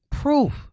Proof